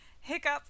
Hiccup